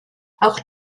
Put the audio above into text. auch